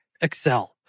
Excel